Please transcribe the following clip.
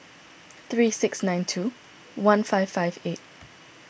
three six nine two one five five eight